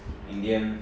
in the end